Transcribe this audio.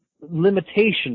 limitation